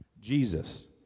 Jesus